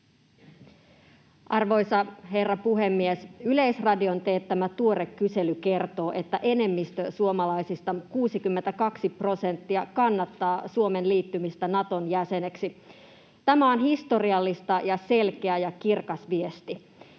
Arvoisa herra puhemies! Yleisradion teettämä tuore kysely kertoo, että enemmistö suomalaisista, 62 prosenttia, kannattaa Suomen liittymistä Naton jäseneksi. Tämä on historiallista ja selkeä ja kirkas viesti.